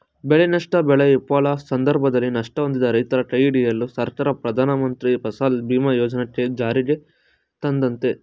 ಬೆಳೆನಷ್ಟ ಬೆಳೆ ವಿಫಲ ಸಂದರ್ಭದಲ್ಲಿ ನಷ್ಟ ಹೊಂದಿದ ರೈತರ ಕೈಹಿಡಿಯಲು ಸರ್ಕಾರ ಪ್ರಧಾನಮಂತ್ರಿ ಫಸಲ್ ಬಿಮಾ ಯೋಜನೆ ಜಾರಿಗ್ತಂದಯ್ತೆ